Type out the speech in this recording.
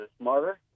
smarter